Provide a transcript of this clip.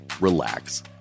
relax